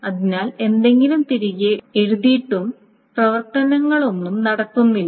അതിനാൽ എന്തെങ്കിലും തിരികെ എഴുതിയിട്ടും പ്രവർത്തനങ്ങളൊന്നും നടക്കുന്നില്ല